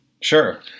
Sure